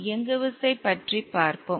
இயங்குவிசைப் பற்றி பார்ப்போம்